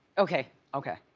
okay. okay.